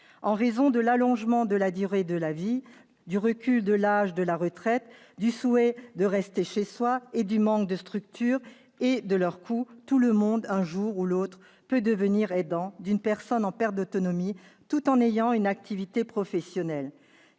En raison de l'allongement de la durée de la vie, du recul de l'âge de la retraite, du souhait de rester chez soi, du manque de structures et du coût de celles-ci, chacun, un jour ou l'autre, peut être amené à devenir aidant d'une personne en perte d'autonomie tout en ayant une activité professionnelle,